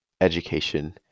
education